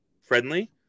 friendly